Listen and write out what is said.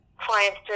clients